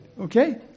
Okay